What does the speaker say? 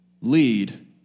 lead